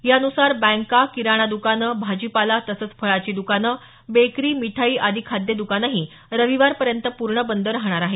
यान्सार बँका किराणा द्कानं भाजीपाला तसंच फळांची द्कानं बेकरी मिठाई आदी खाद्य दुकानंही रविवारपर्यंत पूर्ण बंद राहतील